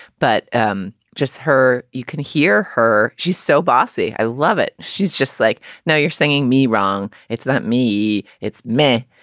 but um just her. you can hear her. she's so bossy. i love it. she's just like, now you're singing me wrong. it's not me. it's me.